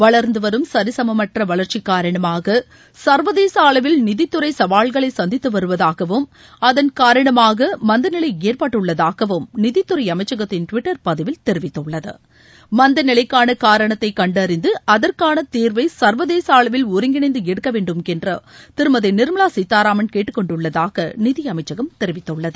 வளர்ந்து வரும் சரிசுமற்ற வளர்ச்சி காரணமாக சர்வதேச அளவில் நிதித்துறை சவால்களை சந்தித்து வருவதாகவும் அதன் காரணமாக மந்த நிலை ஏற்பட்டுள்ளதாகவும் நிதித்துறை அமைச்சகத்தின் டுவிட்டர் பதிவில் தெரிவித்துள்ளது மந்த நிலைக்கான காரணத்தை கண்டறிந்து அதற்கான தீர்வை சர்வதேச அளவில் ஒருங்கிணைந்து எடுக்க வேண்டும் என்ற திருமதி நிர்மலா சீத்தாராமன் கேட்டுக்கொண்டுள்ளதாக நிதியளமச்சகம் தெரிவித்துள்ளது